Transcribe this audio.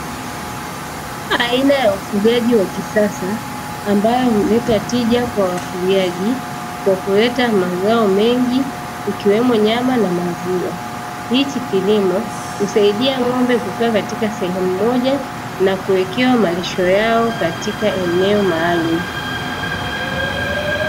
Aina ya ufugaji wa kisasa, ambayo huleta tija kwa wafugaji kwa kuleta mazao mengi ikiwemo nyama na maziwa, hichi kilimo husaidia ng'ombe kukaa katika sehemu moja na kuwekewa malisho yao katika eneo maalumu.